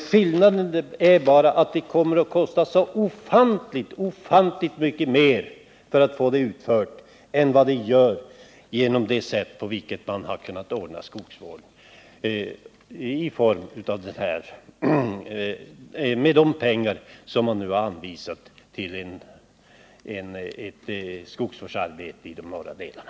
Skillnaden är bara att det kommer att kosta så ofantligt mycket mer än det gör genom det sätt på vilket man har kunnat ordna skogsvården med de pengar som man nu har anvisat till skogsvårdsarbeten i de norra delarna.